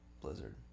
blizzard